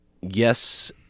yes